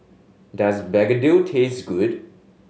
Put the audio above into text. does begedil taste good